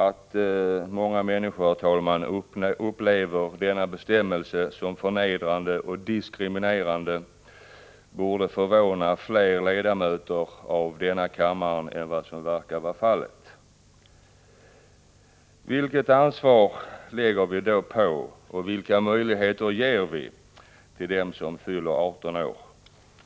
Att många upplever denna bestämmelse som förnedrande och diskriminerande borde förvåna fler ledamöter av denna kammare än vad som verkar vara fallet. Vilket ansvar lägger vi då på och vilka möjligheter ger vi till dem som fyller 18 år,